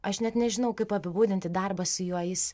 aš net nežinau kaip apibūdinti darbą su juo jis